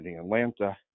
Atlanta